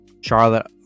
Charlotte